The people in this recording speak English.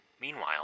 Meanwhile